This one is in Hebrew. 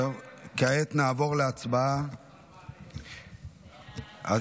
כעת נעבור להצבעה על